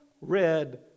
red